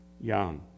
young